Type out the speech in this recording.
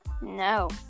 no